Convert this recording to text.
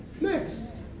Next